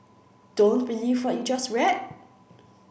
don't believe what you just read